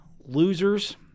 losers